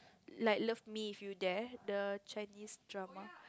like love me if you dead the Chinese drama